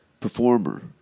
performer